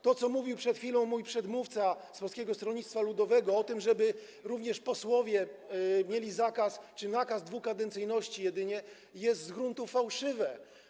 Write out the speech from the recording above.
To, co mówił przed chwilą mój przedmówca z Polskiego Stronnictwa Ludowego o tym, żeby również posłowie mieli zakaz czy nakaz jedynie dwukadencyjności, jest z gruntu fałszywe.